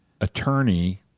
attorney